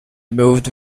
moved